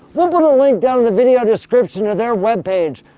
we'll put a link down in the video description to their web page,